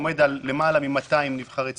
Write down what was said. עומד על למעלה מ-200 נבחרי ציבור,